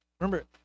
Remember